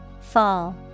Fall